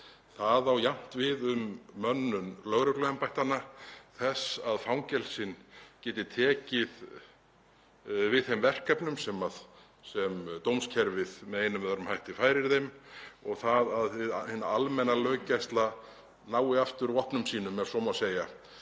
Það á jafnt við um mönnun lögregluembættanna, það að fangelsin geti tekið við þeim verkefnum sem dómskerfið með einum eða öðrum hætti færir þeim og það að hin almenna löggæsla nái aftur vopnum sínum, ef svo má segja.